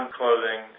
clothing